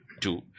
Two